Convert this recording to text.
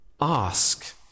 ask